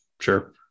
Sure